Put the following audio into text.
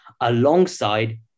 alongside